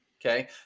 okay